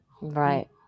Right